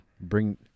bring